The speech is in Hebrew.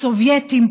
סובייטים,